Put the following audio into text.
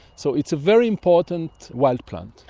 so it's a very important wild plant.